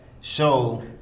show